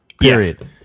period